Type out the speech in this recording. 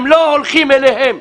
הם לא הולכים אליהם.